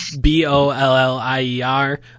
b-o-l-l-i-e-r